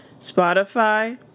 Spotify